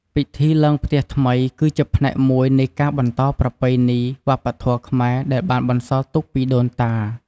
ពិធីឡើងផ្ទះថ្មី គឺជាផ្នែកមួយនៃការបន្តប្រពៃណីវប្បធម៌ខ្មែរដែលបានបន្សល់ទុកពីដូនតា។